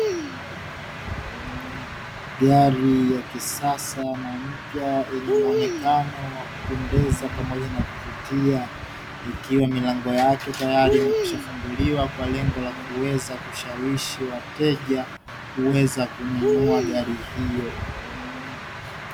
Gari ya kisasa na mpya yenye muonekano wa kupendeza pamoja na kuvutia, ikiwa milango yake ikiwa imefunguli kuweza kushawishi wateja kuweza kununua gari hiyo.